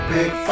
Big